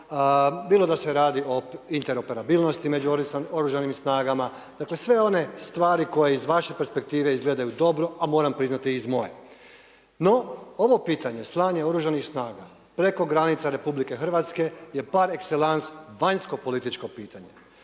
bilo da se radi o interoperabilnosti među Oružanim snagama. Dakle sve one stvari koje iz vaše perspektive izgledaju dobro a moram priznati i iz moje. No ovo pitanje slanje Oružanih snaga preko granica RH je par excellence vanjsko političko pitanje.